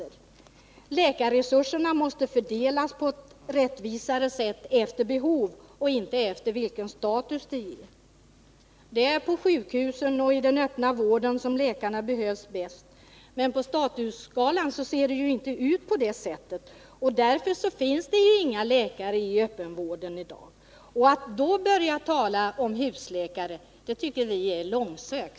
Läkarresurserna måste fördelas på ett rättvisare sätt efter behov och inte efter status. Det är på sjukhusen och inom den öppna vården som läkarna behövs mest, men enligt statusskalan ser det inte ut på det sättet. Läkarbrist råder inom öppenvården i dag, att då börja tala om husläkare tycker vi är långsökt.